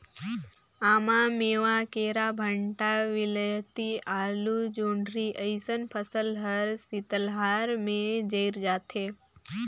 आमा, मेवां, केरा, भंटा, वियलती, आलु, जोढंरी अइसन फसल हर शीतलहार में जइर जाथे